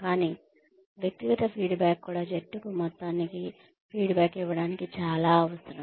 కానీ వ్యక్తిగత ఫీడ్బ్యాక్ కూడా జట్టుకు మొత్తానికి ఫీడ్బ్యాక్ ఇవ్వడానికి చాలా అవసరం